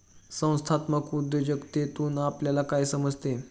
संस्थात्मक उद्योजकतेतून आपल्याला काय समजते?